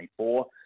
2024